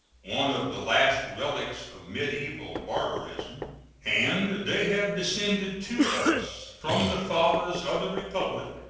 one of the last relics of mediaeval barbarism and they have descended to us from the fathers of the republic,